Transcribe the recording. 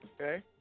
Okay